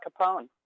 Capone